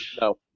No